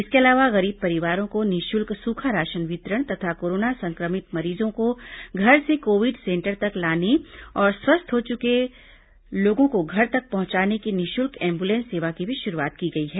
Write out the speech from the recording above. इसके अलावा गरीब परिवारों को निःशुल्क सूखा राशन वितरण तथा कोरोना संक्रमित मरीजों को घर से कोविड सेंटर तक लाने और स्वस्थ हो चुके से लोगों को घर तक पहुंचाने की निःशुल्क एंब्लेंस सेवा की भी शुरूआत की गई है